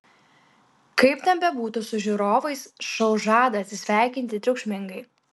kaip ten bebūtų su žiūrovais šou žada atsisveikinti triukšmingai